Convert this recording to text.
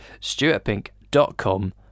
stuartpink.com